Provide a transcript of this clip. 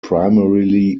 primarily